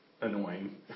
annoying